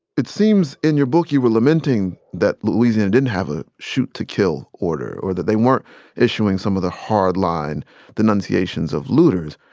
it seems in your book you were lamenting that louisiana didn't have a shoot-to-kill order, or that they weren't issuing some of the hard-line denunciations of looters.